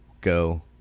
go